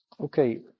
Okay